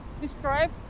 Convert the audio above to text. describe